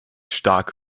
stark